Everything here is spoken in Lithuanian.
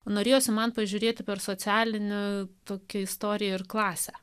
norėjosi man pažiūrėti per socialinę tokią istoriją ir klasę